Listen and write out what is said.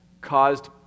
caused